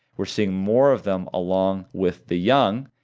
we're seeing more of them along with the young,